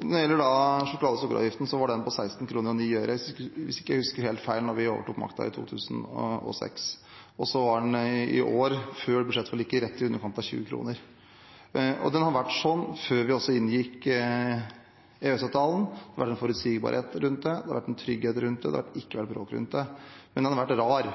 Når det gjelder sjokolade- og sukkeravgiften, var den – hvis jeg ikke husker helt feil – på 16 kr og 9 øre da vi overtok makten i 2006, og i år – før budsjettforliket – var den rett i underkant av 20 kr. Slik var den også før vi inngikk EØS-avtalen. Det har vært en forutsigbarhet rundt det, det har vært en trygghet rundt det, det har ikke vært bråk rundt det – men den har vært rar.